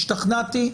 השתכנעתי,